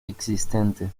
existente